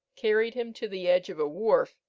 carried him to the edge of a wharf,